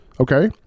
Okay